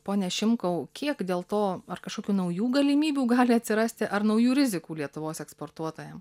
pone šimkau kiek dėl to ar kažkokių naujų galimybių gali atsirasti ar naujų rizikų lietuvos eksportuotojam